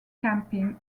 camping